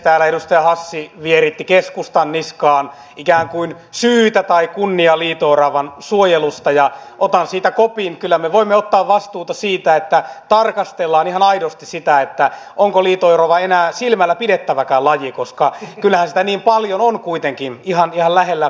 täällä edustaja hassi vieritti keskustan niskaan ikään kuin syyn tai kunnian liito oravan suojelusta ja otan siitä kopin kyllä me voimme ottaa vastuuta siitä että tarkastellaan ihan aidosti sitä onko liito orava enää silmällä pidettäväkään laji koska kyllähän sitä niin paljon on kuitenkin ihan lähellä kirkonkyliä ja kaupunkiympäristöjäkin